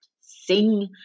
sing